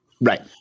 Right